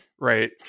right